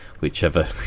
whichever